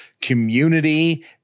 community